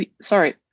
sorry